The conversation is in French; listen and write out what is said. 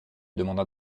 demanda